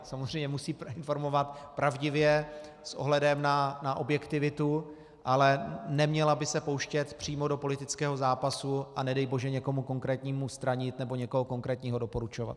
Samozřejmě musí informovat pravdivě s ohledem na objektivitu, ale neměla by se pouštět přímo do politického zápasu a nedej bože někomu konkrétnímu stranit nebo někoho konkrétního doporučovat.